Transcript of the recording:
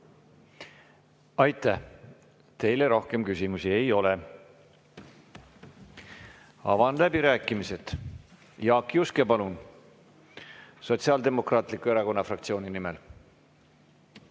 teile! Teile rohkem küsimusi ei ole. Avan läbirääkimised. Jaak Juske, palun! Sotsiaaldemokraatliku Erakonna fraktsiooni nimel.